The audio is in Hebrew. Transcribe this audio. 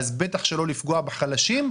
אז בטח שלא לפגוע בחלשים,